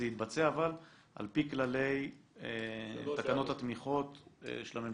זה התבצע על פי כללי תקנות התמיכות של הממשלה.